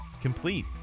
complete